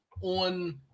on